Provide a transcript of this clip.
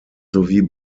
sowie